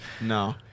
no